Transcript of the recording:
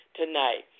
tonight